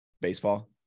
Baseball